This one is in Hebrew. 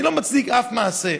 אני לא מצדיק אף מעשה,